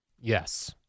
Yes